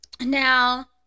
Now